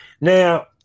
now